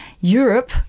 Europe